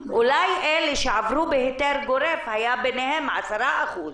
אולי אלה שעברו בהיתר גורף, היה ביניהם 10%